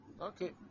Okay